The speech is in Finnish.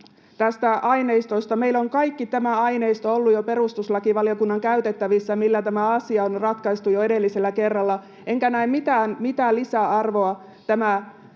näistä aineistoista. Meillä on kaikki tämä aineisto ollut jo perustuslakivaliokunnan käytettävissä, millä tämä asia on ratkaistu jo edellisellä kerralla, enkä näe, mitä lisäarvoa tämä uusi